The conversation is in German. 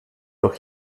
doch